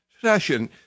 session